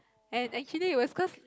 and actually it was cause